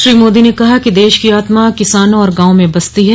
श्री मोदी ने कहा कि देश की आत्मा किसानों और गांवों में बसती है